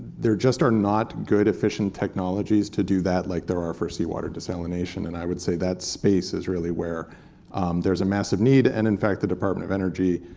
there just are not good efficient technologies to do that like there are for sea water desalination. and i would say that space is really where there is a massive need. and in fact, the department of energy,